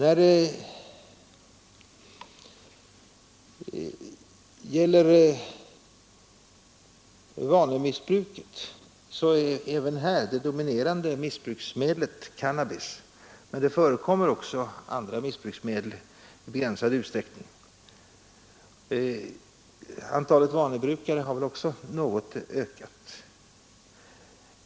Även vid vanemissbruket är cannabis det dominerande missbruksmedlet, men det förekommer också andra medel i begränsad utsträckning. Antalet vanemissbrukare har väl också något ökat.